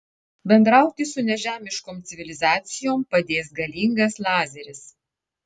bendrauti su nežemiškom civilizacijom padės galingas lazeris